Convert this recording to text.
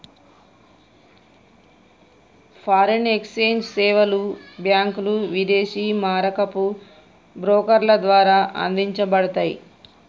foreign exchange సేవలు బ్యాంకులు, విదేశీ మారకపు బ్రోకర్ల ద్వారా అందించబడతయ్